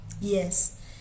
yes